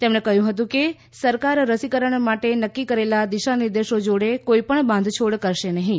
તેમણે કહ્યું કે સરકાર રસીકરણ માટે નક્કી કરેલા દિશાનિર્દેશો જોડે કોઇ પણ બાંધછોડ કરશે નહીં